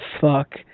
fuck